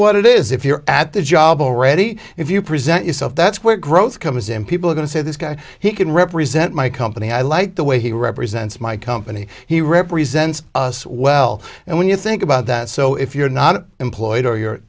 what it is if you're at the job already if you present yourself that's where growth comes in people are going to say this guy he can represent my company i like the way he represents my company he represents us well and when you think about that so if you're not employed or